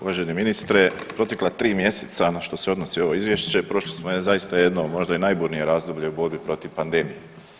Uvaženi ministre protekla 3 mjeseca na što se odnosi ovo izvješće prošli smo zaista jedno možda i najburnije razdoblje u borbi protiv pandemije.